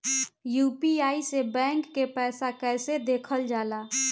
UPI से bank के पैसा कैसे देखल जाला?